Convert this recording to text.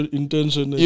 intention